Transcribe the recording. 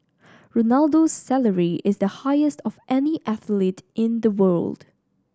Ronaldo's salary is the highest of any athlete in the world